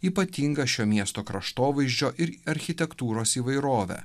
ypatingą šio miesto kraštovaizdžio ir architektūros įvairovę